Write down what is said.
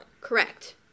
Correct